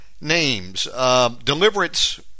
names—Deliverance